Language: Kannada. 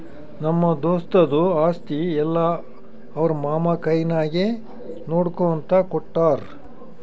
ನಮ್ಮ ದೋಸ್ತದು ಆಸ್ತಿ ಎಲ್ಲಾ ಅವ್ರ ಮಾಮಾ ಕೈನಾಗೆ ನೋಡ್ಕೋ ಅಂತ ಕೊಟ್ಟಾರ್